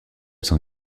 sans